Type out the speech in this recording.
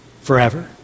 forever